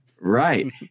right